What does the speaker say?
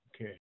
Okay